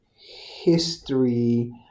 history